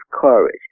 courage